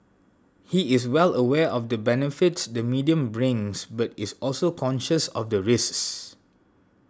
he is well aware of the benefits the medium brings but is also conscious of the risks